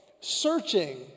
Searching